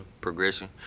progression